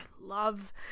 love